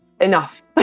enough